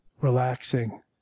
Relaxing